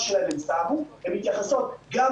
תנו לנו